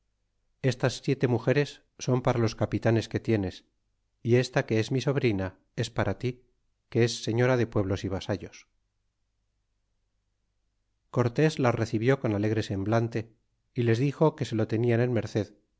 estas siete mugeres son para los capitanes que tienes y esta que es mi sobrina es para ti que es señora de pueblos y vasallos cortés las recibió con alegre semblante y les dixo que se lo tenian en merced